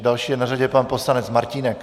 Další je na řadě pan poslanec Martínek.